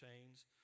chains